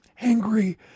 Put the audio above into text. angry